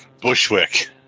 Bushwick